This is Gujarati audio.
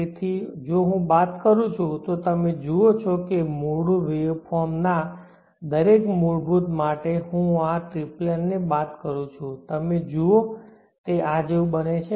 તેથી જો હું બાદ કરું છું તો તમે જુઓ છો કે મૂળ વેવ ફોર્મ ના દરેક મૂળભૂત માટે હું આ ટ્રિપ્લેન ને બાદ કરું છું તમે જુઓ તે આ જેવું બને છે